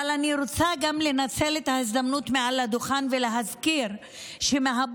אבל אני רוצה גם לנצל את ההזדמנות מעל הדוכן ולהזכיר שמהבוקר,